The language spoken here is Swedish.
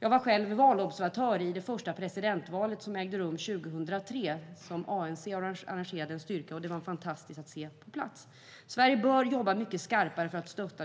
Jag var valobservatör i det första presidentvalet som ägde rum 2003, och ANC arrangerade en styrka. Det var fantastiskt att se på plats. Sverige bör jobba mycket skarpare för att stötta